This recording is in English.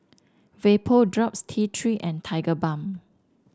Vapodrops T Three and Tigerbalm